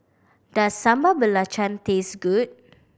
does Sambal Belacan taste good